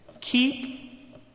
Keep